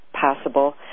possible